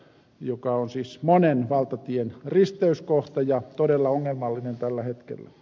se on siis monen valtatien risteyskohta ja todella ongelmallinen tällä hetkellä